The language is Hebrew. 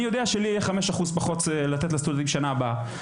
אני יודע שלי יהיה 5% פחות מלתת לסטודנטים בשנה הבאה,